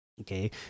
okay